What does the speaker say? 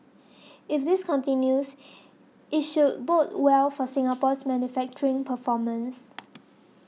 if this continues it should bode well for Singapore's manufacturing performance